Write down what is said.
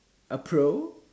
a Pro